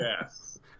Yes